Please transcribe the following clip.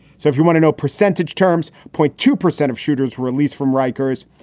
so if you want to know, percentage terms point two percent of shooters released from rikers.